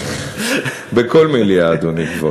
כבר בכל מליאה, אדוני.